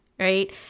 right